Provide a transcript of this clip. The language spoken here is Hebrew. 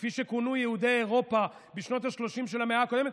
כפי שכונו יהודי אירופה בשנות השלושים של המאה הקודמת,